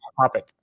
topic